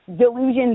delusions